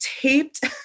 taped